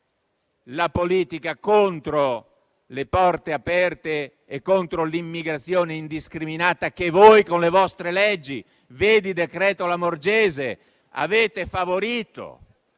la politica contro le porte aperte e l'immigrazione indiscriminata, che voi con le vostre leggi (vedi il cosiddetto decreto Lamorgese) avete favorito.